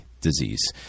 disease